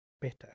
better